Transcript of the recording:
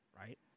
right